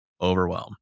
overwhelm